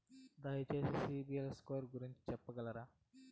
దయచేసి సిబిల్ స్కోర్ గురించి చెప్పగలరా?